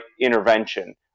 intervention